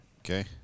Okay